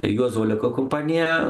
juozo oleko kompanija